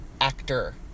actor